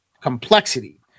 complexity